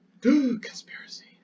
Conspiracy